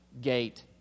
gate